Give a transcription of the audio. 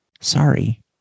sorry